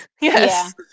Yes